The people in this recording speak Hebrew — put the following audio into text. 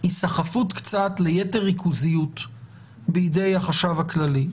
קצת היסחפות ליתר ריכוזיות בידי החשב הכללי.